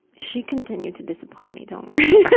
she continued to disappoint me, don't worry.